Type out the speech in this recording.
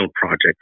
project